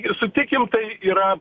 sutikim tai yra